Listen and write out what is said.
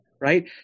right